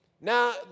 Now